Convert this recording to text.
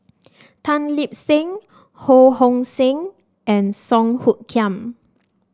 Tan Lip Seng Ho Hong Sing and Song Hoot Kiam